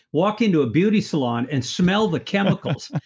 walk into a beauty salon and smell the chemicals.